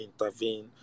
intervene